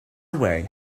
away